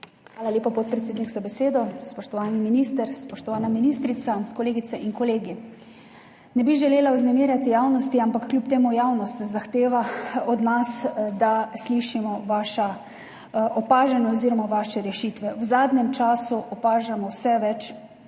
Hvala lepa, podpredsednik, za besedo. Spoštovani minister, spoštovana ministrica, kolegice in kolegi! Ne bi želela vznemirjati javnosti, ampak kljub temu javnost zahteva od nas, da slišimo vaša opažanja oziroma vaše rešitve. V zadnjem času opažamo vse več